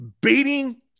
Beating